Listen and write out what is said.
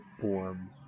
form